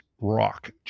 rock